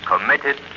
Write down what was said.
committed